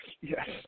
Yes